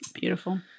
Beautiful